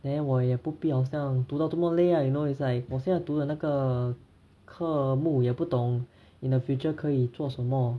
then 我也不必要好像读到这么累啦 like you know it's like 我现在读的那个课目也不懂 in the future 可以做什么